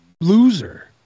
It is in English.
loser